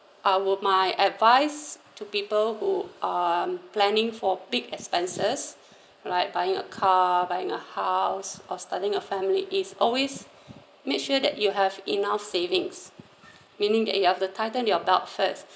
I'll my advice to people who are planning for big expenses like buying a car buying a house or starting a family is always make sure that you have enough savings meaning that you have to tighten your belt first